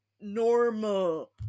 normal